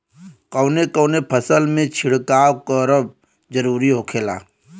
कवने कवने फसल में छिड़काव करब जरूरी होखेला?